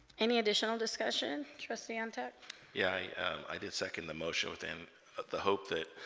any additional discussion trustee antec yeah i did second the motion with him at the hope that